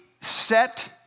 set